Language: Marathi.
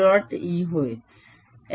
E होय